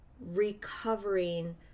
recovering